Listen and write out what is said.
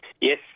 Yes